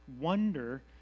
wonder